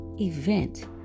event